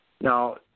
Now